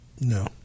No